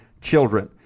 children